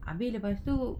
habis lepas tu